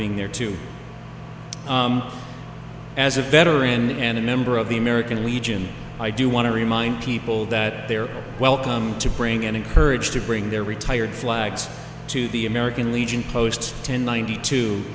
being there too as a veteran and a member of the american legion i do want to remain people that they're welcome to bring and encouraged to bring their retired flags to the american legion post ten ninety two